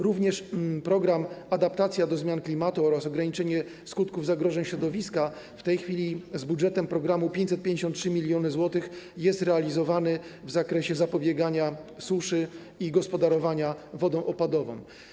Również program „Adaptacja do zmian klimatu oraz ograniczanie skutków zagrożeń środowiska” z budżetem 553 mln zł jest realizowany w zakresie zapobiegania suszy i gospodarowania wodą opadową.